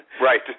Right